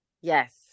Yes